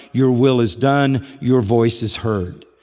your will is done, your voice is heard.